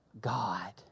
God